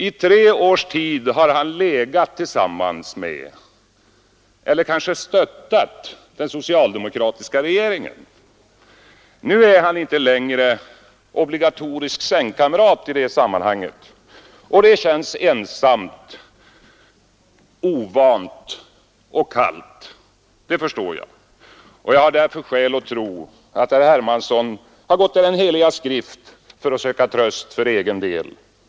I tre års tid har han legat tillsammans med eller kanske stöttat den socialdemokratiska regeringen. Nu är han inte längre obligatoriskt sängkamrat i det sammanhanget, och det känns ensamt, ovant och kallt. Det förstår jag. Jag har därför skäl att tro att herr Hermansson har gått till Den heliga skrift för att söka tröst för egen del.